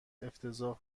افتضاح